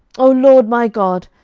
o lord my god,